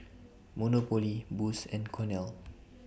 Monopoly Boost and Cornell